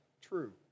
true